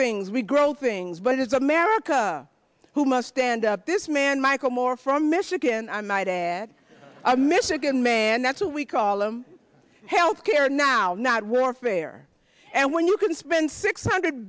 things we grow things but it's america who must stand up this man michael moore from michigan i might add a michigan man that's what we call him healthcare now not warfare and when you can spend six hundred